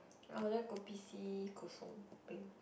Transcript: I will like kopi C kosong peng